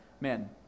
man